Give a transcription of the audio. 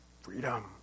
freedom